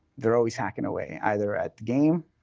they're always hacking away, either at the game,